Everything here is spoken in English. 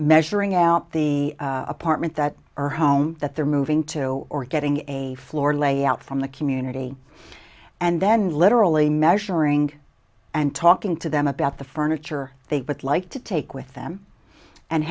measuring out the apartment that her home that they're moving to or getting a floor layout from the community and then literally measuring and talking to them about the furniture they would like to take with them and